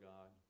God